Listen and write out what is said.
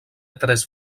tres